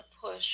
push